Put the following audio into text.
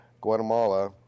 Guatemala